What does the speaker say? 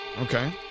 Okay